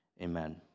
amen